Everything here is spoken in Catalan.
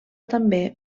també